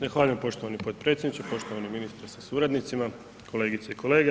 Zahvaljujem poštovani potpredsjedniče, poštovani ministre sa suradnicima, kolegice i kolege.